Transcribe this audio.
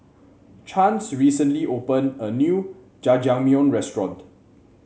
Chance recently opened a new Jajangmyeon Restaurant